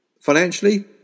Financially